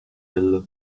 elle